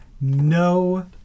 No